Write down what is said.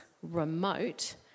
remote